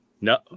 No